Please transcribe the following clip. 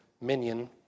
minion